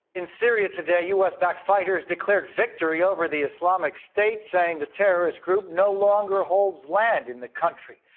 in syria today, u s backed fighters declared victory over the islamic state, saying the terrorist group no longer holds land in the country.